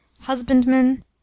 Husbandman